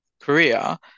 Korea